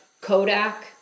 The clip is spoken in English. Kodak